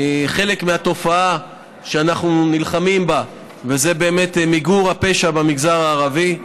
חלק מהתופעה שאנחנו נלחמים בה במיגור הפשע במגזר הערבי.